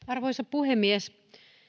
arvoisa puhemies